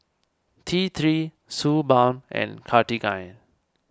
T three Suu Balm and Cartigain